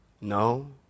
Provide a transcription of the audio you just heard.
No